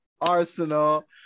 Arsenal